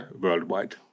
worldwide